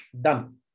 Done